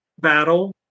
battle